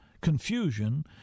confusion